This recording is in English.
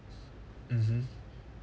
mmhmm